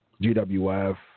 GWF